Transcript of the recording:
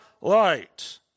light